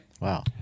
Wow